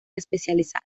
especializada